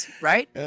right